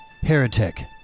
Heretic